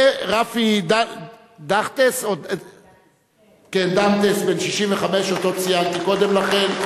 ורפי דנטס, בן 65, אותו ציינתי קודם לכן.